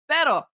Pero